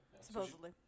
Supposedly